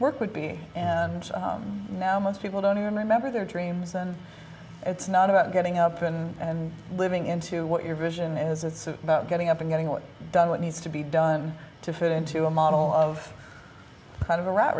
work would be and now most people don't even remember their dreams and it's not about getting up and living into what your vision is it's about getting up and getting a lot done what needs to be done to fit into a model of kind of a rat